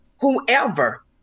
whoever